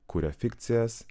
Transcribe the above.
kuria fikcijas